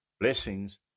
Blessings